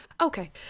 Okay